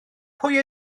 pwy